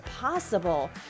possible